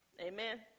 Amen